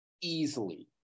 easily